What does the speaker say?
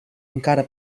encara